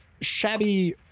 shabby